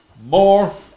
more